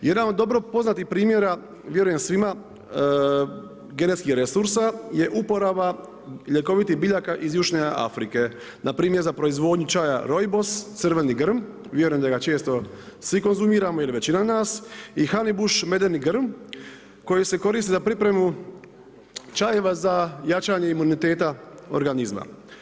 Jedan od dobro poznatih primjera vjerujem svima genetskih resursa je uporaba ljekovitih biljaka iz južne Afrike, npr. za proizvodnju čaja Roibos, crveni grm, vjerujem da ga često svi konzumiramo ili većina nas i Honeybush koji se koristi za pripremu čajeva za jačanje imuniteta organizma.